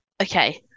Okay